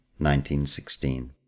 1916